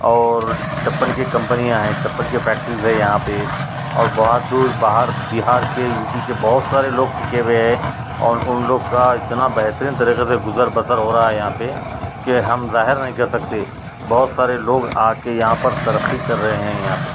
اور چپّل کی کمپنیاں ہیں چپّل کی فیکٹریز ہے یہاں پہ اور بہت دور باہر بہار کے یو پی کے بہت سارے لوگ ٹکے ہوئے ہے اور ان لوگ کا اتنا بہترین طریقے سے گزر بسر ہو رہا ہے یہاں پہ کہ ہم ظاہر نہیں کر سکتے بہت سارے لوگ آ کے یہاں پر ترقی کر رہے ہیں یہاں پہ